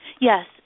Yes